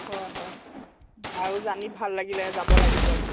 হয় হয় আৰু জানি ভাল লাগিলে যাব লাগিব